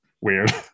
weird